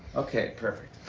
okay. perfect.